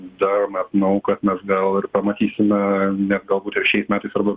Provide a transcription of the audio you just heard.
dar matnau kad mes gal ir pamatysime net galbūt ir šiais metais arba